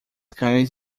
cães